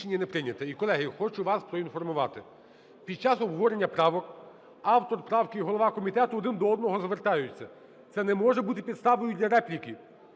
І, колеги, хочу вас проінформувати. Під час обговорення правок, автор правки і голова комітету один до одного звертаються, це не може бути підставою для репліки.